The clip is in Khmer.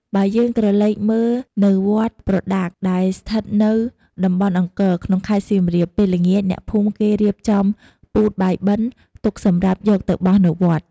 បើយើងក្រឡេកមើលនៅវត្តប្រដាកដែលស្ថិតនៅតំបន់អង្គរ ក្នុងខេត្តសៀមរាប ពេលល្ងាចអ្នកភូមិគេរៀបចំពូតបាយបិណ្ឌទុក សម្រាប់យកទៅបោះនៅវត្ត។